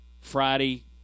Friday